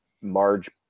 Marge